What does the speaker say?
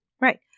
right